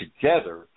together